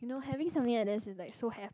you know having something like that it's like so ha~